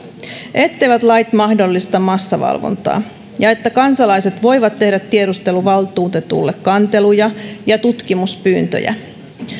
etteivät lait mahdollista massavalvontaa ja että kansalaiset voivat tehdä tiedusteluvaltuutetulle kanteluja ja tutkimuspyyntöjä